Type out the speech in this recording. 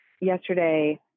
yesterday